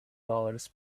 dollars